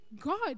God